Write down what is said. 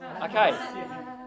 Okay